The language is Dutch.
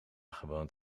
gewoond